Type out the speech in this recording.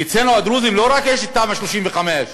ואצלנו הדרוזים יש לא רק תמ"א 35,